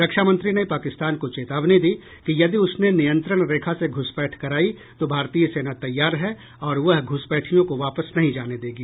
रक्षामंत्री ने पाकिस्तान को चेतावनी दी कि यदि उसने नियंत्रण रेखा से घुसपैठ कराई तो भारतीय सेना तैयार है और वह घुसपैठियों को वापस नहीं जाने देगी